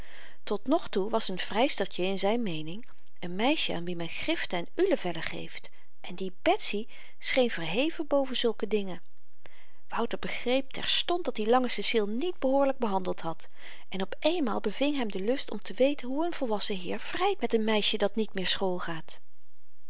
vreemds tot nog toe was n vrystertje in zyn meening n meisjen aan wie men griften en ulevellen geeft en die betsy scheen verheven boven zulke dingen wouter begreep terstond dat-i lange ceciel niet behoorlyk behandeld had en op eenmaal beving hem de lust om te weten hoe n volwassen heer vryt met n meisje dat niet meer school gaat haar